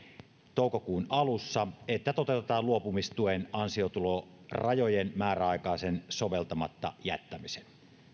toukokuun alussa että toteutetaan luopumistuen ansiotulorajojen määräaikainen soveltamatta jättäminen